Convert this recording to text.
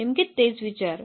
नेमके तेच विचार